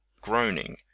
groaning